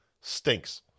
Stinks